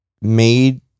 made